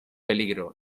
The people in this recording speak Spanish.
peligro